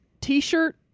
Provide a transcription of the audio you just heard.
t-shirt